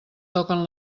toquen